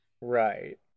Right